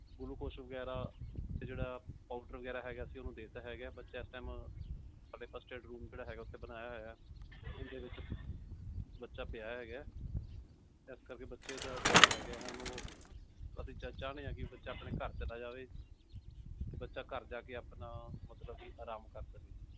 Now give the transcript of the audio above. glucose ਵਗੈਰਾ ਜਿਹੜਾ powder ਵਗੈਰਾ ਹੈਗਾ ਅਸੀਂ ਉਹਨੂੰ ਦੇਤਾ ਹੈਗਾ ਬੱਚਾ ਇਸ ਟਾਈਮ ਸਾਡੇ ਫਸਟ ਐਡ ਰੂਮ ਜਿਹੜਾ ਹੈਗਾ ਉੱਥੇ ਬਣਾਇਆ ਹੋਇਆ ਉਹਦੇ ਵਿੱਚ ਬੱਚਾ ਪਿਆ ਹੈਗਾ ਇਸ ਕਰਕੇ ਬੱਚੇ ਦਾ ਜਿਹੜਾ ਹੈਗਾ ਹੁਣ ਉਹ ਅਸੀਂ ਚਾ ਚਾਹੁੰਦੇ ਹਾਂ ਕਿ ਬੱਚਾ ਆਪਣੇ ਘਰ ਚਲਾ ਜਾਵੇ ਅਤੇ ਬੱਚਾ ਘਰ ਜਾ ਕੇ ਆਪਣਾ ਮਤਲਬ ਕਿ ਆਰਾਮ ਕਰ ਸਕੇ